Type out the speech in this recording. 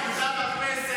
היא קיבלה מדפסת,